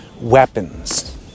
weapons